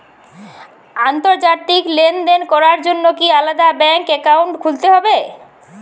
আন্তর্জাতিক লেনদেন করার জন্য কি আলাদা ব্যাংক অ্যাকাউন্ট খুলতে হবে?